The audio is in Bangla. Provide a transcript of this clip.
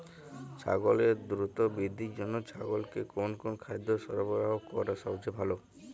ছাগলের দ্রুত বৃদ্ধির জন্য ছাগলকে কোন কোন খাদ্য সরবরাহ করা সবচেয়ে ভালো?